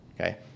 Okay